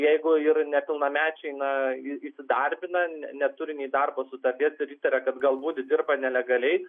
jeigu ir nepilnamečiai na į įsidarbina ne neturi nei darbo sutarties ir įtaria kad galbūt dirba nelegaliai